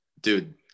dude